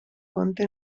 compte